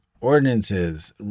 ordinances